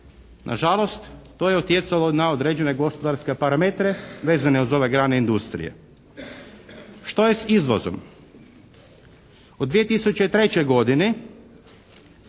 Nažalost to je utjecalo na određene gospodarske parametre vezane uz ove grane industrije. Što je s izvozom?